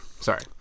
sorry